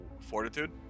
fortitude